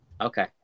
Okay